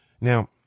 Now